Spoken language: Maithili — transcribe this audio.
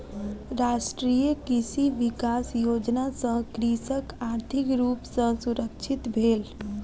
राष्ट्रीय कृषि विकास योजना सॅ कृषक आर्थिक रूप सॅ सुरक्षित भेल